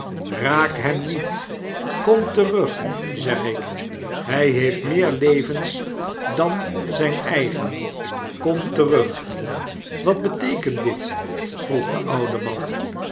raak hem niet kom terug zeg ik hij heeft meer levens dan zijn eigen kom terug wat beteekent dit vroeg de oude man